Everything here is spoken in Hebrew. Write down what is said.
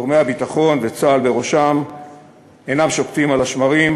גורמי הביטחון וצה"ל בראשם אינם שוקטים על השמרים,